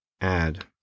add